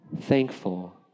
thankful